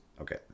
Okay